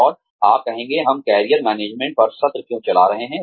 और आप कहेंगे हम करियर मैनेजमेंट पर सत्र क्यों चला रहे हैं